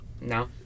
No